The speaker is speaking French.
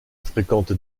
fréquente